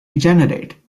regenerate